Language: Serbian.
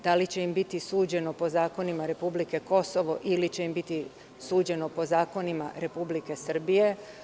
Da li će im biti suđeno po zakonima republike Kosovo ili će im biti suđeno po zakonima Republike Srbije?